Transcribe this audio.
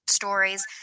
stories